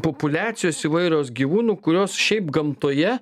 populiacijos įvairios gyvūnų kurios šiaip gamtoje